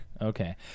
Okay